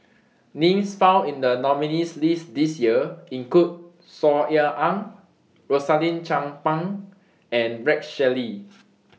Names found in The nominees' list This Year include Saw Ean Ang Rosaline Chan Pang and Rex Shelley